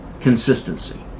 consistency